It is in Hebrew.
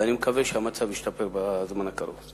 ואני מקווה שהמצב ישתפר בזמן הקרוב.